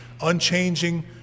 Unchanging